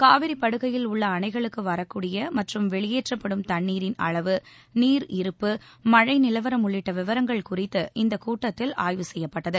காவிரி படுகையில் உள்ள அணைகளுக்கு வரக்கூடிய மற்றும் வெளியேற்றப்படும் தண்ணீரின் அளவு நீர் இருப்பு மழை நிலவரம் உள்ளிட்ட விவரங்கள் குறித்து இந்தக் கூட்டத்தில் ஆய்வு செய்யப்பட்டகு